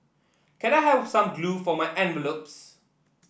can I have some glue for my envelopes